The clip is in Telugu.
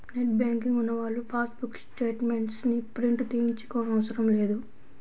నెట్ బ్యాంకింగ్ ఉన్నవాళ్ళు పాస్ బుక్ స్టేట్ మెంట్స్ ని ప్రింట్ తీయించుకోనవసరం లేదు